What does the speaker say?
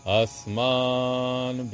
asman